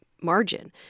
margin